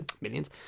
millions